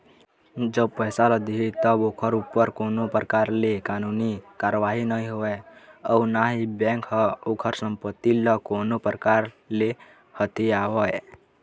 जब पइसा ल दिही तब ओखर ऊपर कोनो परकार ले कानूनी कारवाही नई होवय अउ ना ही बेंक ह ओखर संपत्ति ल कोनो परकार ले हथियावय